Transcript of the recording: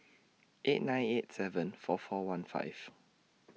eight nine eight seven four four one five